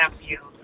nephew